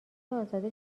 ازاده